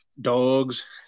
Dogs